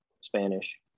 Spanish